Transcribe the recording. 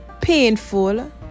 painful